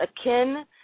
akin